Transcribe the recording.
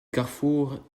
carrefour